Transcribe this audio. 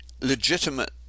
legitimate